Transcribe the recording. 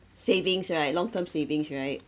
savings right long term savings right